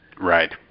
right